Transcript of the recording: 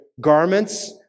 garments